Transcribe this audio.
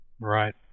Right